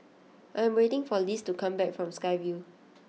I am waiting for Lisle to come back from Sky Vue